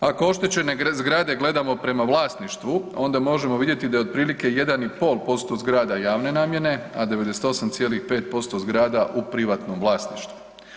Ako oštećene zgrade gledamo prema vlasništvu onda možemo vidjeti da je otprilike 1,5% zgrada javne namjene, a 98,5% zgrada u privatnom vlasništvu.